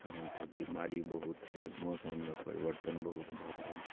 तहन तऽ बीमारी बहुत छै मौसममे परिवर्तन बहुत भऽ रहल छै